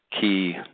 key